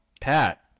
Pat